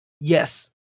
Yes